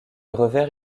revers